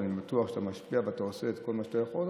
ואני בטוח שאתה משפיע ואתה עושה את כל מה שאתה יכול,